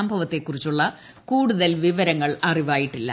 സംഭവത്തെക്കുറിച്ചുള്ള കൂടൂത്ൽ വിവരങ്ങൾ അറിവായിട്ടില്ല